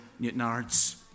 Newtonards